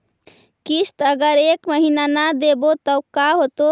किस्त अगर एक महीना न देबै त का होतै?